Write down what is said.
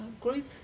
group